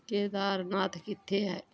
ਕੇਦਾਰਨਾਥ ਕਿੱਥੇ ਹੈ